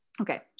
Okay